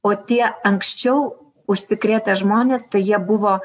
o tie anksčiau užsikrėtę žmonės tai jie buvo